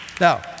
Now